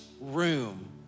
room